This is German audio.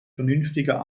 vernünftiger